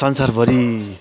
संसारभरी